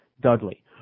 Dudley